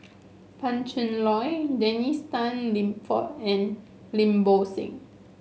Pan Cheng Lui Dennis Tan Lip Fong and Lim Bo Seng